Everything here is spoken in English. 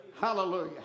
Hallelujah